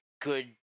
good